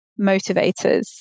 motivators